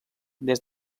des